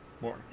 More